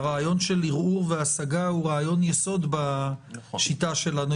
הרעיון של ערעור והשגה הוא רעיון-יסוד בשיטה שלנו.